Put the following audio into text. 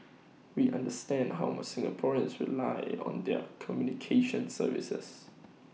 we understand how much Singaporeans rely on their communications services